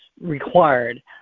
required